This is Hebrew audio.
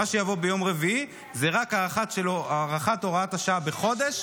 מה שיבוא ביום רביעי זה רק הארכת הוראת השעה בחודש.